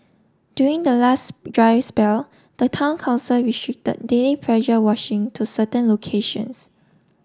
during the last dry spell the Town Council restricted daily pressure washing to certain locations